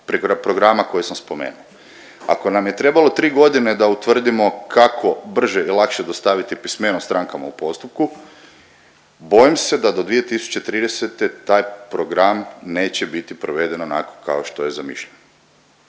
roka, programa, koje sam spomenuo. Ako nam je trebalo 3.g. da utvrdimo kako brže i lakše dostaviti pismeno strankama u postupku, bojim se da do 2030. taj program neće biti proveden onako kao što je zamišljen.